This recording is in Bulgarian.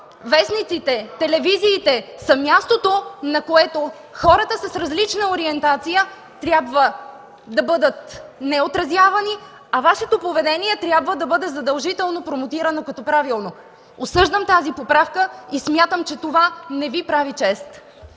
вестниците, телевизиите са мястото, на което хората с различна ориентация трябва да не бъдат отразявани, а Вашето поведение трябва да бъде задължително промотирано като правилно? Осъждам тази поправка и смятам, че това не Ви прави чест.